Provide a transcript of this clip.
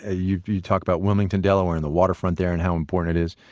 ah you you talk about wilmington, delaware, and the waterfront there and how important it is,